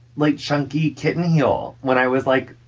like, chunky kitten heel when i was, like,